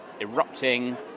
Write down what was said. erupting